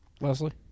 Leslie